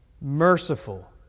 merciful